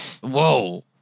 whoa